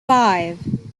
five